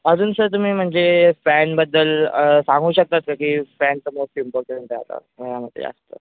अजून सर तुम्ही म्हणजे फॅनबद्दल सांगू शकतात का की फॅन तर मोस्ट इम्पॉर्टंट आहे आता माझ्या मते जास्तं